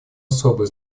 особое